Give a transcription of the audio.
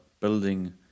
building